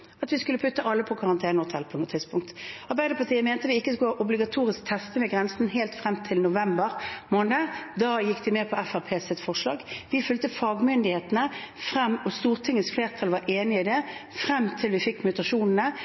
at vi skulle plassere alle i karantenehotell. Arbeiderpartiet mente helt frem til november måned at vi ikke skulle ha obligatorisk testing ved grensen. Da gikk de med på Fremskrittspartiets forslag. Vi fulgte fagmyndighetene, og Stortingets flertall var enig i det, frem til vi fikk mutasjonene.